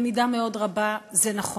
במידה מאוד רבה זה נכון,